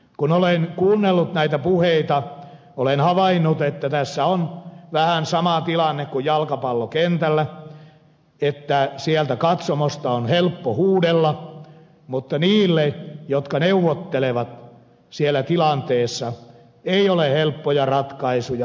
kun olen kuunnellut näitä puheita olen havainnut että tässä on vähän sama tilanne kuin jalkapallokentällä että sieltä katsomosta on helppo huudella mutta niille jotka neuvottelevat siellä tilanteessa ei ole helppoja ratkaisuja